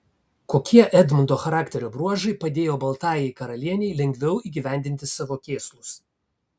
kokie edmundo charakterio bruožai padėjo baltajai karalienei lengviau įgyvendinti savo kėslus